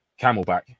Camelback